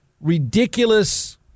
ridiculous